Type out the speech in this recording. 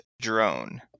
Drone